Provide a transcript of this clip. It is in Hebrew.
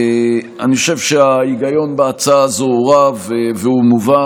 אני חושב שההיגיון בהצעה הזו הוא רב והוא מובן.